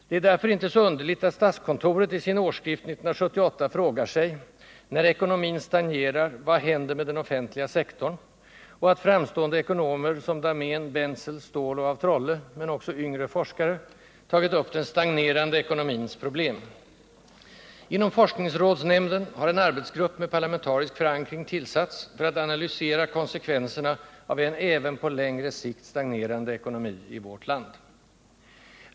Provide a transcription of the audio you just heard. Det är därför inte så underligt att statskontoret i sin årsskrift 1978 frågar sig: ”När ekonomin stagnerar — vad händer med den offentliga sektorn?” och att framstående ekonomer som Dahmén, Bentzel, Ståhl och af Trolle, men också yngre forskare, tagit upp den stagnerande ekonomins problem. Inom forskningsrådsnämnden har en arbetsgrupp med parlamentarisk förankring tillsatts för att analysera konsekvenserna av en även på längre sikt stagnerande ekonomi i vårt land.